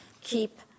keep